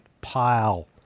pile